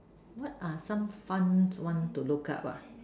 what are some fun one to look up ah